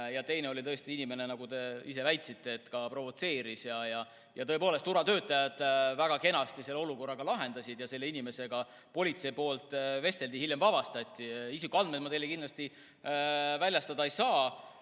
ja teine oli tõesti inimene, nagu te ise ka väitsite, kes provotseeris. Tõepoolest, turvatöötajad väga kenasti selle olukorra lahendasid ja selle inimesega politsei vestles, hiljem ta vabastati. Isikuandmeid ma teile kindlasti väljastada ei saa.